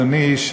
אדוני,